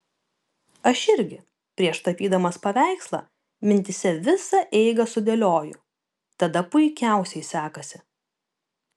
aš irgi prieš tapydamas paveikslą mintyse visą eigą sudėlioju tada puikiausiai sekasi